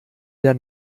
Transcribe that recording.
der